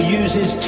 uses